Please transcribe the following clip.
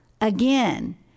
again